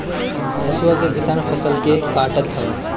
हसुआ से किसान फसल के काटत हवे